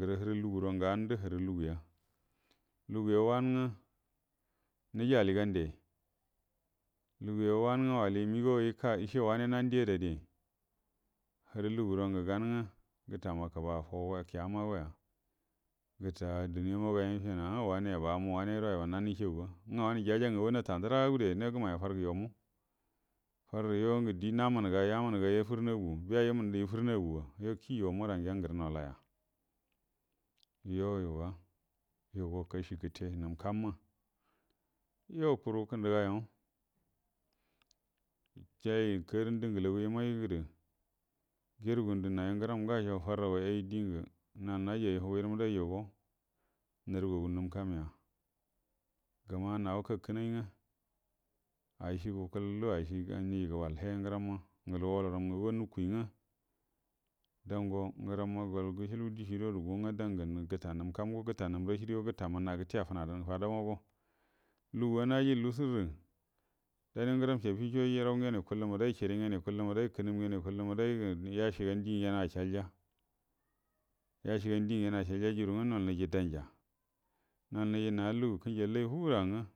Gərə ngə an do hərə luguya, lugu yo, wan ngwə nijie alli gam ele, lugu wangə wali məgəaw yəce wane nan die adarə, hərə lugurongə gan ngwə, gəta makəba faw guaya, kiyama goya, gəta duniya ma goya ngəwə, yece wane yaba amua kuru wanero yaba nan ngwə yəceguwa ngwə wanə jaja ngagunwa nəta dara guədoya yuo gəmai’a fərgə you mu, farrə gə die namunagayamunə ga gafur naga, ga yuo kiyi mu gəa gərə nol aya you yu ga, yu go kashi kəte nəm kam ma yo kuru kəndəga yuo, jay kagərənie dəngəllagu yəmay gərə gərrguni gərə narə gəram gaco farragwat ay dien narə gu, nal naji ai hugui rə maday yugo naru gagu nəm kamyay gəma nago ka kənay ngwə ajicie gukul gudo ajicie ganie gəbal he ngəramma ngərə yoloram ngagu go nukuigə, ngəramma gol gəcəabu dəcie gərə gun ngwə dangwə gəta nəm kam go, gəta nəm rashidə, gəta mənna gətə ‘a fənadan go fadango, lugu naji lusur gədə, dan yu ngəram sabico dəram yukullə mailai, ciri gyen yukuəl maday, kənəm gyen yukuallə maday rə, gərə yacoagan die gyen acəalyacəagan dieg acəal juru ngwə nolnəjie danja, nol nəjie na lugu kin jallay fungəra